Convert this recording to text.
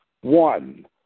one